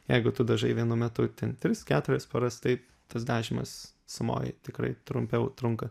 jeigu tu dažai vienu metu ten tris keturias poras tai tas dažymas sumoj tikrai trumpiau trunka